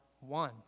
one